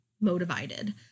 Motivated